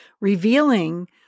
revealing